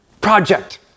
project